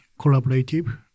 collaborative